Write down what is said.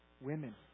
Women